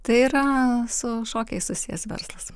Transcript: tai yra su šokiais susijęs verslas